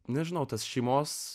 nežinau tos šeimos